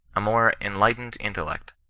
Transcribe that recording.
a more en lightened intellect,